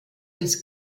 des